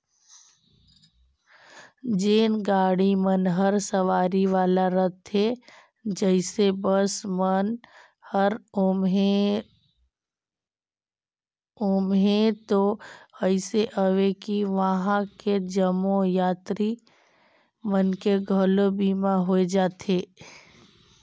जेन गाड़ी मन हर सवारी वाला रथे जइसे बस मन हर ओम्हें तो अइसे अवे कि वंहा के जम्मो यातरी मन के घलो बीमा होय जाथे